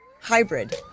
hybrid